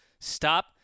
stop